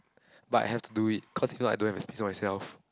but I have to do it cause if not I don't have a space for myself